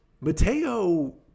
Mateo